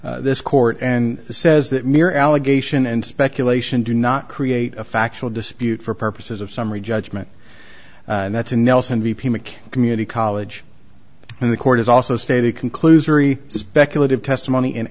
from this court and says that mere allegation and speculation do not create a factual dispute for purposes of summary judgment that's a nelson v pima community college and the court has also stated conclusory speculative testimony in